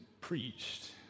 preached